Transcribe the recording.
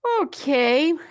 Okay